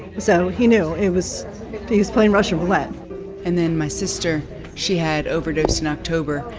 so he knew it was he was playing russian roulette and then my sister she had overdosed in october.